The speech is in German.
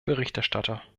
berichterstatter